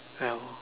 um